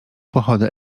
pochody